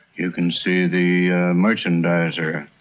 you can see the merchandiser